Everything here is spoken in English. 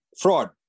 fraud